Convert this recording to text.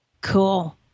Cool